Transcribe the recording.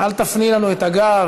אל תפני לנו את הגב.